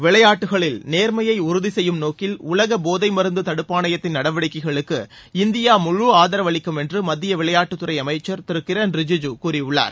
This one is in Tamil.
விளையாட்டுகளில் நேர்மையை உறுதி செய்யும் நோக்கில் உலக போதை மருந்து தடுப்பாணையத்தின் நடவடிக்கைகளுக்கு இந்தியா முழு ஆதரவு அளிக்கும் என்று மத்திய விளையாட்டுத்துறை அமைச்சர் திரு கிரண் ரிஜுஜா கூறியுள்ளார்